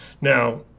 Now